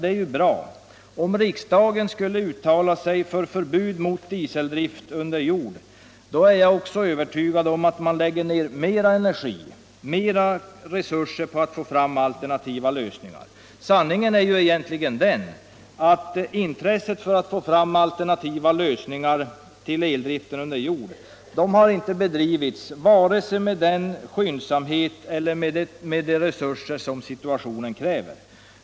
dot är visserligen bra, men om riksdagen kunde uttala sig för ett förbud mot dicséldrift under Jord, är jag övertygad om att större energi och mera resurser skulle komma att läggas ned på att få fram alternativa lösningar på problemet. Sanningen ÅArbetsmiljöfrågor är egentligen den, att arbetet för att finna alternativa lösningar till dicseldriften under jord inte har bedrivits med vare sig den skyndsanmhet eller de resurser som situationen kräver.